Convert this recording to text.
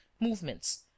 movements